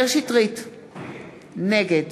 נגד